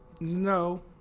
no